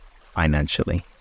financially